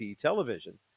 television